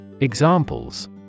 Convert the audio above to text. Examples